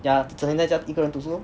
yeah 整天在家一个人读书咯